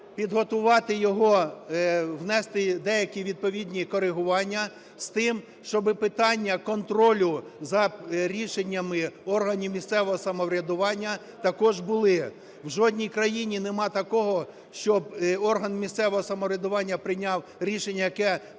підготувати його, внести деякі відповідні корегування, з тим, щоби питання контролю за рішеннями органів місцевого самоврядування також були. В жодній країні нема такого, щоб орган місцевого самоврядування прийняв рішення, яке